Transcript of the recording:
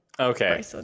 Okay